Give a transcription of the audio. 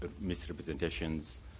misrepresentations